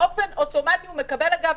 באופן אוטומטי הוא מקבל, דרך אגב,